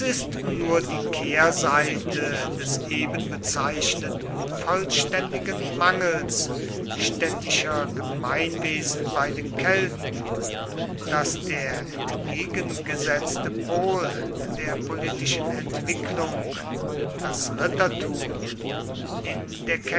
nur die kehrseite des ebenbezeichneten vollständigen mangels städtischer gemeinwesen bei den kelten daß der entgegengesetzte pol der politischen entwicklung das rittertum in